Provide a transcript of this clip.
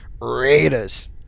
Raiders